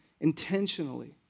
intentionally